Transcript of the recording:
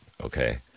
okay